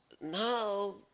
now